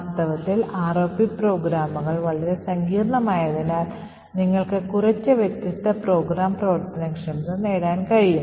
വാസ്തവത്തിൽ ROP പ്രോഗ്രാമുകൾ വളരെ സങ്കീർണ്ണമായതിനാൽ നിങ്ങൾക്ക് കുറച്ച് വ്യത്യസ്ത പ്രോഗ്രാം പ്രവർത്തനക്ഷമത നേടാൻ കഴിയും